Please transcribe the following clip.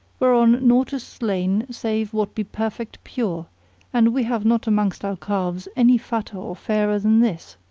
whereon naught is slain save what be perfect pure and we have not amongst our calves any fatter or fairer than this!